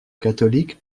catholique